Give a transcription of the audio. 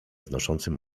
znoszącym